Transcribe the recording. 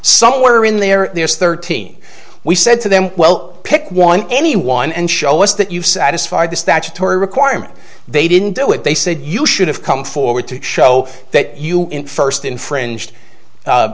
somewhere in there there's thirteen we said to them well pick one any one and show us that you've satisfied the statutory requirement they didn't do it they said you should have come forward to show that you first infringed